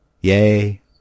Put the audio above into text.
Yay